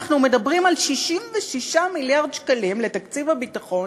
אנחנו מדברים על 66 מיליארד שקלים לתקציב הביטחון,